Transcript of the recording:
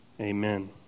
Amen